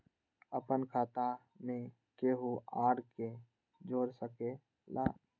अपन खाता मे केहु आर के जोड़ सके ला?